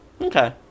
Okay